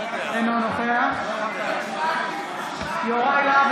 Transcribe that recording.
אינו נוכח יוראי להב